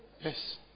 yes